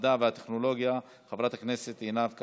המדע והטכנולוגיה חברת הכנסת עינב קאבלה.